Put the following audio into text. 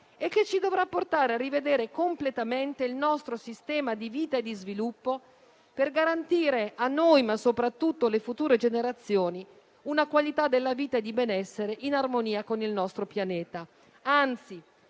e che ci dovrà portare a rivedere completamente il nostro sistema di vita e di sviluppo per garantire a noi, ma soprattutto alle future generazioni, una qualità della vita e di benessere in armonia con il nostro pianeta, anzi,